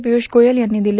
पियुष गोयल यांनी दिले